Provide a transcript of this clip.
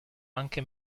anche